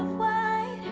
my